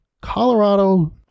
Colorado